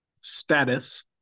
status